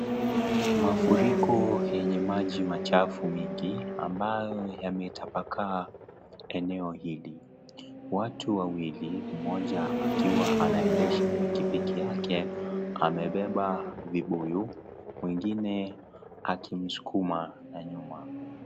Mafuriko yenye maji machafu mingi ambayo yametabakaa eneo hili. Watu wawili, mmoja akiwa anaendesha pikipiki yake amebeba vibuyu na mwingine akimsukuma na nyuma.